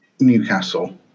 Newcastle